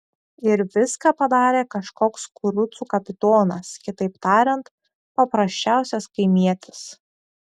ir viską padarė kažkoks kurucų kapitonas kitaip tariant paprasčiausias kaimietis